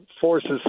forces